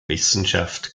wissenschaft